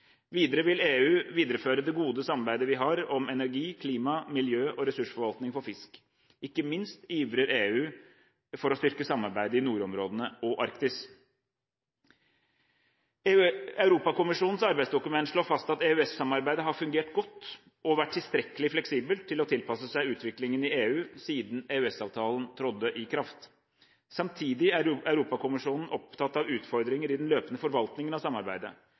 Videre vil EU videreføre det gode samarbeidet vi har om energi-, klima-, miljø- og ressursforvaltning for fisk. Ikke minst ivrer EU for å styrke samarbeidet i nordområdene og i Arktis. Europakommisjonens arbeidsdokument slår fast at EØS-samarbeidet har fungert godt og vært tilstrekkelig fleksibelt til å tilpasse seg utviklingen i EU siden EØS-avtalen trådte i kraft. Samtidig er Europakommisjonen opptatt av utfordringer i den løpende forvaltningen av samarbeidet.